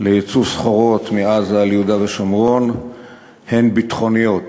לייצא סחורות מעזה ליהודה ושומרון הן ביטחוניות.